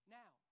now